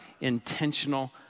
intentional